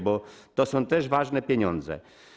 Bo to są też ważne pieniądze.